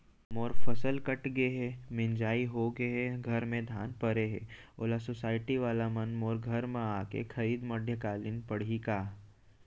मोर फसल कट गे हे, मिंजाई हो गे हे, घर में धान परे हे, ओला सुसायटी वाला मन मोर घर म आके खरीद मध्यकालीन पड़ही का?